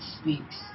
speaks